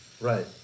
Right